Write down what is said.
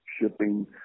shipping